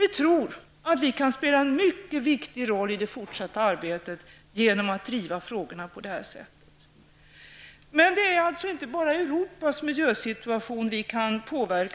Vi tror att vi genom att driva frågorna på detta sätt kan spela en viktig roll i det fortsatta arbetet. Det är inte bara Europas miljösituation som vi ett nära samarbete